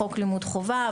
בחוק לימוד חובה,